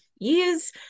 years